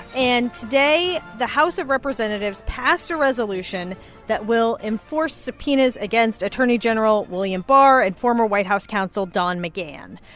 and today, the house of representatives passed a resolution that will enforce subpoenas against attorney general william barr and former white house counsel don mcgahn.